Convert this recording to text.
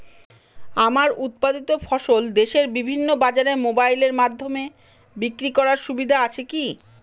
আমার উৎপাদিত ফসল দেশের বিভিন্ন বাজারে মোবাইলের মাধ্যমে বিক্রি করার সুবিধা আছে কি?